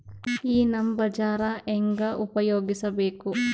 ಈ ನಮ್ ಬಜಾರ ಹೆಂಗ ಉಪಯೋಗಿಸಬೇಕು?